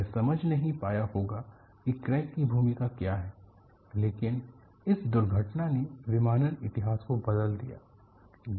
वह समझ नहीं पाया होगा कि क्रैक की भूमिका क्या है लेकिन इस दुर्घटना ने विमानन इतिहास को बदल दिया है